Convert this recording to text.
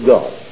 God